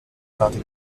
pate